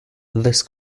this